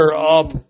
up